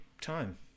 time